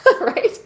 Right